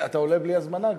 אתה עולה כבר בלי הזמנה?